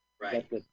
right